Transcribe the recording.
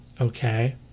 okay